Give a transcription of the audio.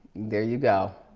there you go.